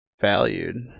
Valued